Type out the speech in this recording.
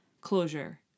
closure